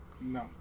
No